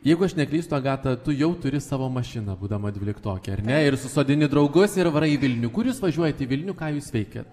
jeigu aš neklystu agata tu jau turi savo mašiną būdama dvyliktokė ar ne ir susodini draugus ir varai į vilnių kur jūs važiuojat į vilnių ką jūs veikiat